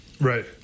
Right